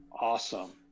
awesome